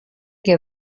que